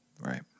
Right